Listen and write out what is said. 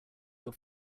your